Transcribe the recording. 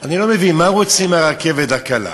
אני לא מבין, מה רוצים מהרכבת הקלה?